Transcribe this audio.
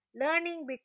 Learning